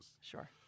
Sure